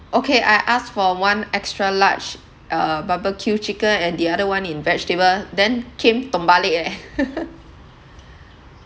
okay I asked for one extra large uh barbecue chicken and the other one in vegetable then came terbalik eh